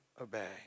obey